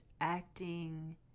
acting